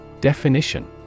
Definition